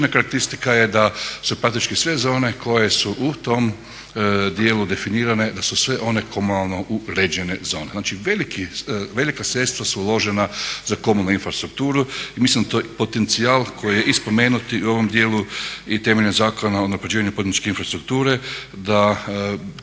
jedna karakteristika je da su praktički sve zone koje su u tom dijelu definirane, da su sve one komunalno uređene zone. Znači, velika sredstva su uložena za komunalnu infrastrukturu i mislim da je to potencijal koji je i spomenuti u ovom dijelu i temeljem Zakona o unapređenju poduzetničke infrastrukture da